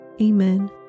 Amen